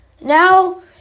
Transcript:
Now